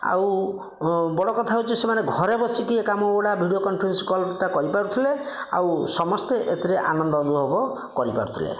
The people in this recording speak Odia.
ଆଉ ବଡ଼ କଥା ହେଉଛି ସେମାନେ ଘରେ ବସିକି ଏହି କାମ ଗୁଡ଼ା ଭିଡ଼ିଓ କନଫରେନ୍ସିଂ କଲ୍ଟା କରିପାରୁଥିଲେ ଆଉ ସମସ୍ତେ ଏଥିରେ ଆନନ୍ଦ ଅନୁଭବ କରି ପାରୁଥିଲେ